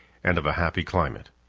and of a happy climate.